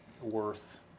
worth